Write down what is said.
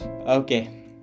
Okay